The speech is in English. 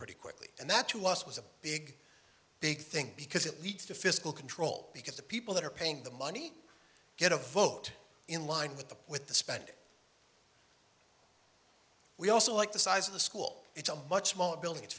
pretty quickly and that to us was a big big thing because it leads to fiscal control because the people that are paying the money get a vote in line with the with the spending we also like the size of the school it's a much smaller building it's